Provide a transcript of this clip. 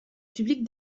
publique